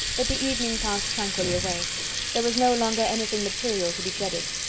but the evening passed tranquilly away there was no longer anything material to be dreaded,